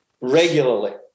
regularly